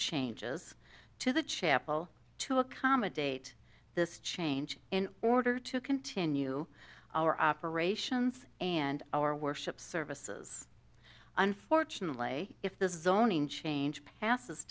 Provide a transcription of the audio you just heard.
changes to the chapel to accommodate this change in order to continue our operations and our worship services unfortunately if this is owning change passes